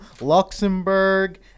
Luxembourg